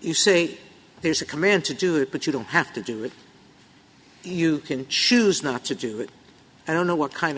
you say there's a command to do it but you don't have to do it you can choose not to do it i don't know what kind of